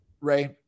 Ray